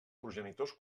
progenitors